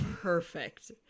perfect